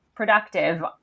productive